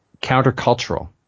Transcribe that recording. countercultural